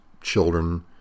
children